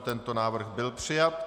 Tento návrh byl přijat.